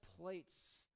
plates